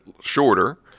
shorter